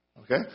Okay